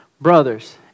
Brothers